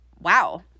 wow